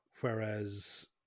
Whereas